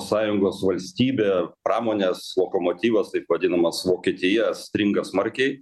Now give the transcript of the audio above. sąjungos valstybė pramonės lokomotyvas taip vadinamas vokietija stringa smarkiai